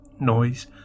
noise